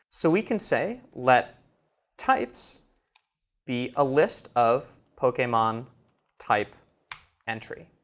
so we can say let types be a list of pokemon type entry.